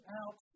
out